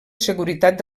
seguretat